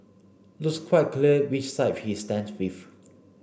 looks quite clear which side he stands with